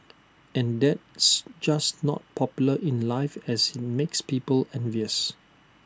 and that's just not popular in life as IT makes people envious